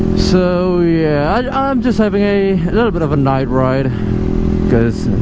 so yeah i'm just having a little bit of a night ride because